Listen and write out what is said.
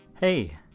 Hey